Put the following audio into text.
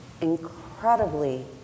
incredibly